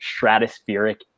stratospheric